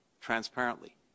transparently